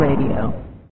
Radio